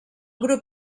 grup